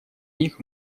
них